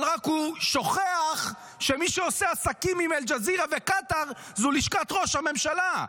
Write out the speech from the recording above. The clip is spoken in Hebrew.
אבל הוא רק שוכח שמי שעושה עסקים עם אל-ג'זירה וקטר זו לשכת ראש הממשלה.